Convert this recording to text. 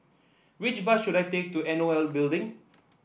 which bus should I take to N O L Building